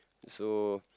also